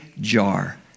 jar